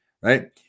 right